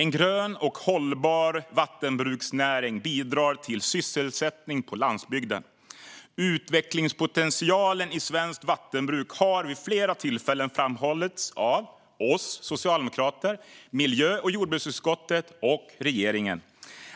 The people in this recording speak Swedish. En grön och hållbar vattenbruksnäring bidrar till sysselsättning på landsbygden. Utvecklingspotentialen i svenskt vattenbruk har vid flera tillfällen framhållits av oss socialdemokrater, miljö och jordbruksutskottet och regeringen.